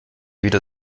wieder